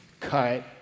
cut